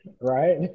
Right